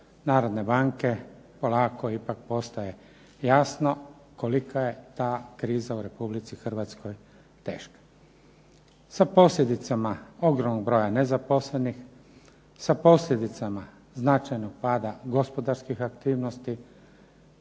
Narodne banke polako ipak postaje jasno kolika je ta kriza u Republici Hrvatskoj teška sa posljedicama ogromnog broja nezaposlenih, sa posljedicama značajnog pada gospodarskih aktivnosti,